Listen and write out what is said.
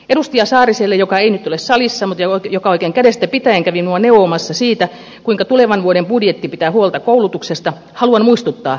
edustaja saariselle joka ei nyt ole salissa mutta joka oikein kädestä pitäen kävi minua neuvomassa siitä kuinka tulevan vuoden budjetti pitää huolta koulutuksesta haluan muistuttaa